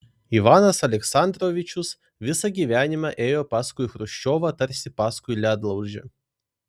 ivanas aleksandrovičius visą gyvenimą ėjo paskui chruščiovą tarsi paskui ledlaužį